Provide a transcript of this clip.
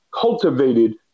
cultivated